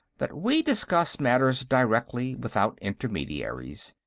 that we discuss matters directly, without intermediaries.